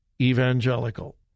evangelical